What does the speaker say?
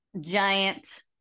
giant